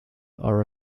are